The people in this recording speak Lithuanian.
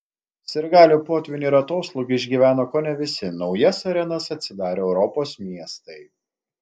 sirgalių potvynį ir atoslūgį išgyvena kone visi naujas arenas atsidarę europos miestai